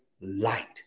light